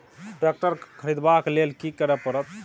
Tractor खरीदबाक लेल की करय परत?